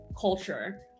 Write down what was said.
culture